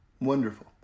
Wonderful